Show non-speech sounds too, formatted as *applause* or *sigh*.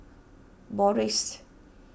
Morries *unintelligible*